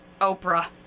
Oprah